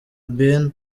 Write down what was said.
ben